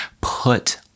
put